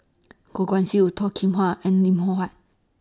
Goh Guan Siew Toh Kim Hwa and Lim Loh Huat